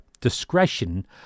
discretion